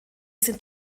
sind